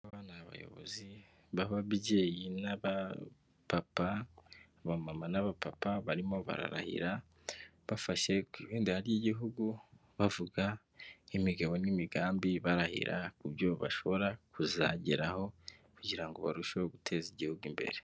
Aba ni abayobozi b'ababyeyi, na bapapa, abamama n'abapapa barimo bararahira bafashe ku ibendera ry'igihugu, bavuga nk imigabo n'imigambi, barahira ku byo bashobora kuzageraho kugira ngo barusheho guteza igihugu imbere.